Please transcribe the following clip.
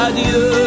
Adieu